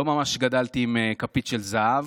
לא ממש גדלתי עם כפית של זהב,